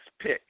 pick